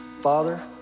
Father